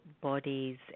bodies